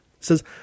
says